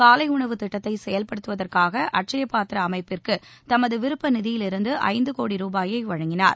காலை உணவுத் திட்டத்தை செயல்படுத்துவதற்காக அட்சய பாத்திர அமைப்பிற்கு தமது விருப்ப நிதியிலிருந்து ஐந்து கோடி ரூபாயை வழங்கினார்